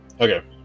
Okay